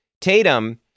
Tatum